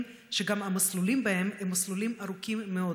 שגם המסלולים שלהם הם מסלולים ארוכים מאוד,